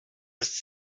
ist